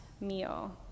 meal